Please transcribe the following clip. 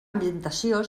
ambientació